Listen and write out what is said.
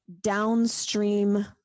downstream